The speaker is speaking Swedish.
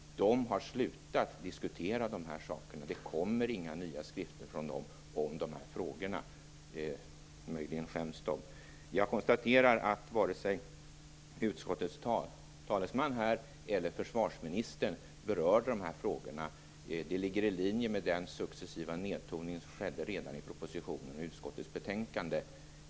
De har slutat diskutera dessa saker, och det kommer inga nya skrifter från dessa institut om de här frågorna. Möjligen skäms de. Jag konstaterar att varken utskottets talesman här eller försvarsministern berörde de frågorna. Det ligger i linje med den successiva nedtoning som gjordes redan i propositionen och i utskottets betänkande.